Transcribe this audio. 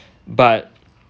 but